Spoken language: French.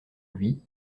lui